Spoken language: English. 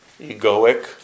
egoic